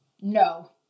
no